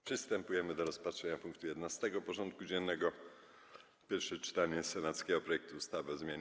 Przystępujemy do rozpatrzenia punktu 11. porządku dziennego: Pierwsze czytanie senackiego projektu ustawy o zmianie